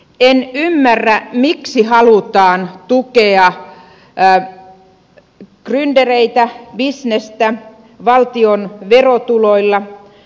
en ymmärrä miksi halutaan tukea gryndereitä bisnestä valtion verotuloilla